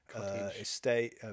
estate